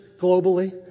globally